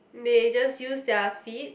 they just use their feet